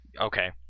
okay